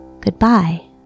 Goodbye